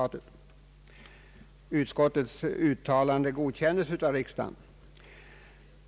Utskottets uttalande godkändes av riksdagen.